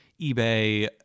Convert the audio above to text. eBay